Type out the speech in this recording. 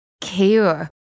care